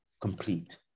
complete